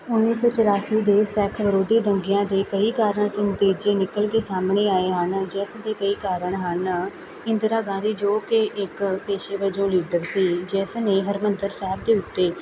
ਉੱਨੀ ਸੌ ਚੁਰਾਸੀ ਦੇ ਸਿੱਖ ਵਿਰੋਧੀ ਦੰਗਿਆਂ ਦੇ ਕਈ ਕਾਰਨ ਅਤੇ ਨਤੀਜੇ ਨਿਕਲ ਕੇ ਸਾਹਮਣੇ ਆਏ ਹਨ ਜਿਸ ਦੇ ਕਈ ਕਾਰਨ ਹਨ ਇੰਦਰਾ ਗਾਂਧੀ ਜੋ ਕਿ ਇੱਕ ਪੇਸ਼ੇ ਵਜੋਂ ਲੀਡਰ ਸੀ ਜਿਸ ਨੇ ਹਰਿਮੰਦਰ ਸਾਹਿਬ ਦੇ ਉੱਤੇ